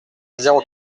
zéro